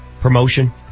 promotion